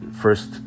first